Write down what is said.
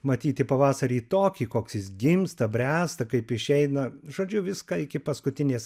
matyti pavasarį tokį koks jis gimsta bręsta kaip išeina žodžiu viską iki paskutinės